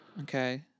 Okay